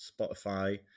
Spotify